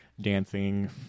dancing